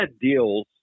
deals